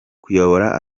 kuyobora